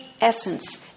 essence